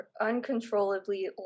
uncontrollably